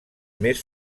més